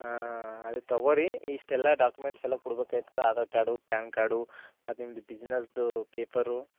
ಹಾಂ ಅದೇ ತೊಗೋರಿ ಇಷ್ಟೆಲ್ಲ ಡಾಕ್ಯುಮೆಂಟ್ಸ್ ಎಲ್ಲ ಕೊಡ್ಬೇಕಾಯ್ತದ ಆಧಾರ್ ಕಾರ್ಡು ಪ್ಯಾನ್ ಕಾರ್ಡು ಮತ್ತು ನಿಮ್ಮದು ಬಿಸ್ನೆಸ್ದು ಪೇಪರು